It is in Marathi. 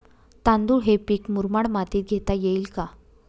तांदूळ हे पीक मुरमाड मातीत घेता येईल का?